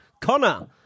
Connor